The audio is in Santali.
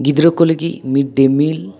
ᱜᱤᱫᱽᱨᱟᱹ ᱠᱚ ᱞᱟᱹᱜᱤᱫ ᱢᱤᱰᱼᱰᱮᱼᱢᱤᱞ